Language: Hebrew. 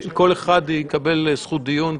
כל אחד יקבל זכות דיון.